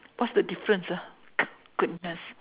what's the difference ah goodness